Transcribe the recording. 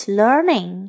learning